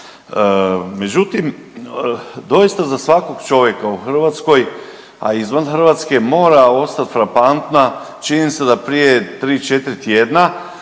međutim doista za svakog čovjeka u Hrvatskoj, a i izvan Hrvatske mora ostat frapantna činjenica da prije tri,